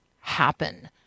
happen